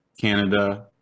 Canada